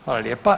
Hvala lijepa.